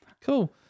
cool